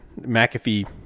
McAfee